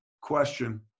question